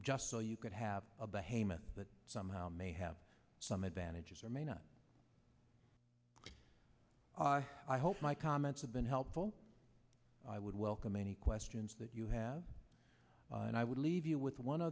just so you could have a bahaman that somehow may have some advantages or may not i hope my comments have been helpful i would welcome any questions that you have and i would leave you with one